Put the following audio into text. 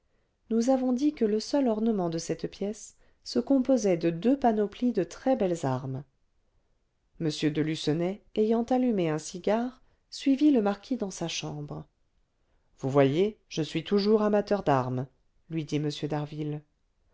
nous avons dit que le seul ornement de cette pièce se composait de deux panoplies de très-belles armes m de lucenay ayant allumé un cigare suivit le marquis dans sa chambre vous voyez je suis toujours amateur d'armes lui dit